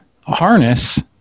harness